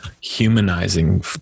humanizing